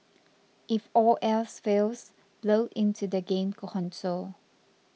if all else fails blow into the game console